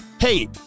Hey